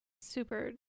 super